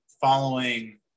following